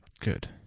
Good